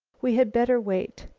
we had better wait.